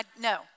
no